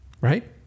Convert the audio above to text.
Right